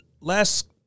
Last